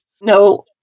No